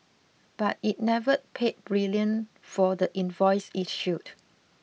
but it never paid brilliant for the invoice issued